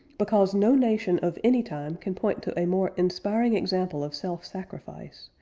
because no nation of any time can point to a more inspiring example of self-sacrifice,